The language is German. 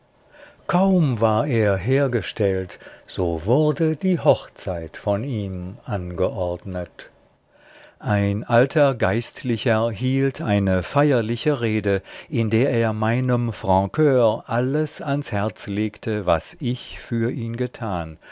kaum war er hergestellt so wurde die hochzeit von ihm angeordnet ein alter geistlicher hielt eine feierliche rede in der er meinem francur alles ans herz legte was ich für ihn getan